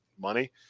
money